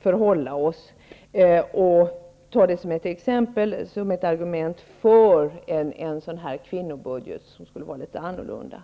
förhålla oss, och jag tar det som ett argument för en kvinnobudget, som skulle vara annorlunda.